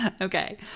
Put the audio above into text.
okay